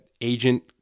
agent